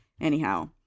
Anyhow